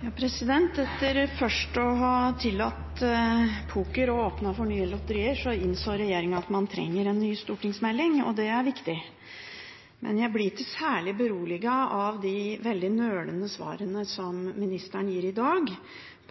Etter først å ha tillatt poker og åpnet for nye lotterier innså regjeringen at man trenger en ny stortingsmelding, og det er viktig. Men jeg blir ikke særlig beroliget av de veldig nølende svarene som ministeren gir i dag,